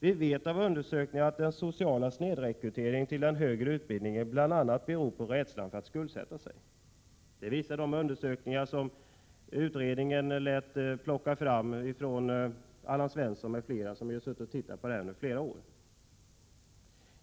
Vi vet av undersökningar att den sociala snedrekryteringen till den högre utbildningen bl.a. beror på rädslan för att skuldsätta sig. Det visar de undersökningar som utredningen lät bl.a. Allan Svensson göra, som ju har tittat på detta under flera år.